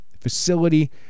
facility